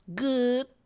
good